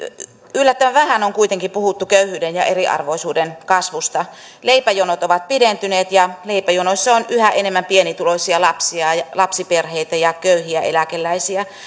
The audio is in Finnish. yllättävän vähän on kuitenkin puhuttu köyhyyden ja eriarvoisuuden kasvusta leipäjonot ovat pidentyneet ja leipäjonoissa on yhä enemmän pienituloisia lapsiperheitä lapsiperheitä ja köyhiä eläkeläisiä